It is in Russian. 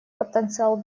потенциал